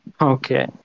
Okay